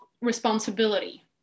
responsibility